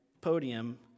podium